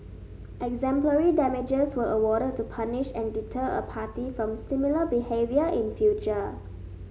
exemplary damages were awarded to punish and deter a party from similar behaviour in future